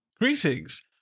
Greetings